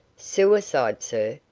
suicide, sir?